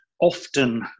often